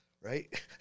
right